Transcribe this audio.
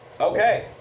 Okay